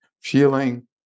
feeling